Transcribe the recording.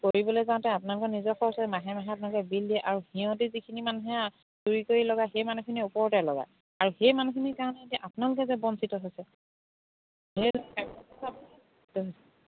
কৰিবলৈ যাওঁতে আপোনালোকৰ নিজৰ খৰচ হয় মাহে মাহে আপোনালোকে বিল দিয়ে আৰু সিহঁতে যিখিনি মানুহে চুৰি কৰি লগাই সেই মানুহখিনিয়ে ওপৰতে লগায় আৰু সেই মানুহখিনিৰ কাৰণে এতিয়া আপোনালোকে যে বঞ্চিত হৈছে